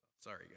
Sorry